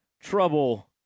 trouble